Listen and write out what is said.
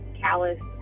callous